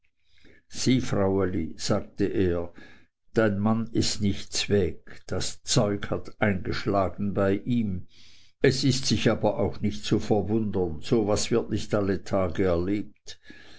sieh fraueli sagte er dein mann ist nicht zweg das zeug hat eingeschlagen bei ihm es ist sich aber auch nicht zu verwundern so was wird nicht alle tage erlebt